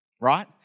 Right